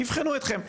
יבחנו אותכם.